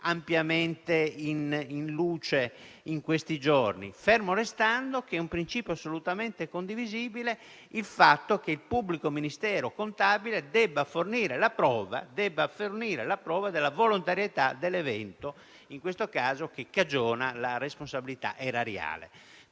ampiamente in luce in questi giorni. E resta fermo - principio assolutamente condivisibile - il fatto che il pubblico ministero contabile debba fornire la prova della volontarietà dell'evento, ossia - in questo caso - dell'evento che cagiona la responsabilità erariale.